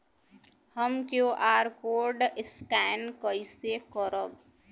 हम QR code scan कइसे करब?